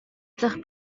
дахь